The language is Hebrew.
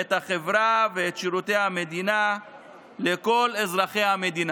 את החברה ואת שירותי המדינה לכל אזרחי המדינה.